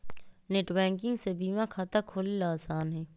net banking से बीमा खाता खोलेला आसान हई